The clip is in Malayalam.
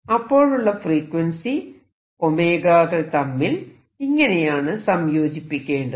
അപ്പോഴുള്ള ഫ്രീക്വൻസി കൾ തമ്മിൽ ഇങ്ങനെയാണ് സംയോജിപ്പിക്കേണ്ടത്